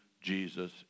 Jesus